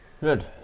Good